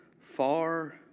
far